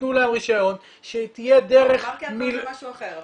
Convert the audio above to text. שיתנו להם רישיון, שתהיה דרך --- זה משהו אחר.